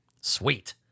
Sweet